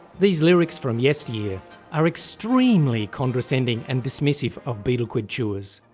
these lyrics from yesteryear are extremely condescending and dismissive of betel quid chewers,